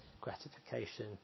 gratification